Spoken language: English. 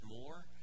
more